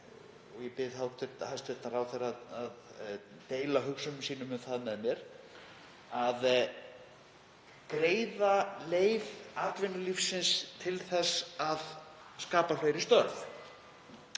og ég bið hæstv. ráðherra að deila hugsunum sínum um það með mér, að greiða leið atvinnulífsins til þess að skapa fleiri störf?